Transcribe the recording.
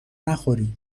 نخوری